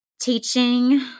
Teaching